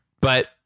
But-